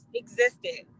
existed